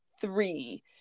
three